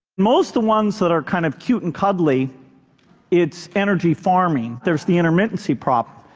most the ones that are kind of cute and cuddly its energy farming. there's the intermittency problem,